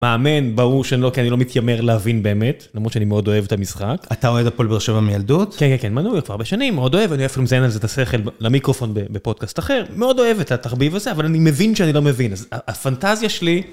מאמן, ברור שאני לא, כי אני לא מתיימר להבין באמת. למרות שאני מאוד אוהב את המשחק. אתה אוהד הפועל באר שבע מילדות? כן, כן, כן, מנוי, כבר הרבה שנים, מאוד אוהב, אני אפילו מזיין על זה את השכל למיקרופון בפודקאסט אחר, מאוד אוהב את התחביב הזה, אבל אני מבין שאני לא מבין, אז הפנטזיה שלי...